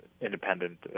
independent